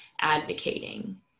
advocating